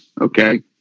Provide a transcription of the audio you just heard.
okay